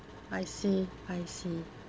I see I see